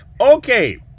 Okay